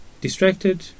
distracted